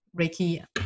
reiki